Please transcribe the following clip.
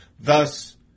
Thus